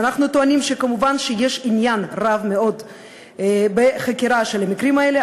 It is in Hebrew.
אז אנחנו טוענים כמובן שיש עניין רב מאוד בחקירה של המקרים האלה.